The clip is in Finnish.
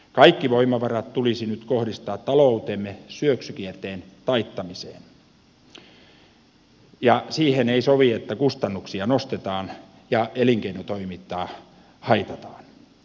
kaikki voimavarat tulisi nyt kohdistaa taloutemme syöksykierteen taittamiseen ja siihen ei sovi että kustannuksia nostetaan ja elinkeinotoimintaa haitataan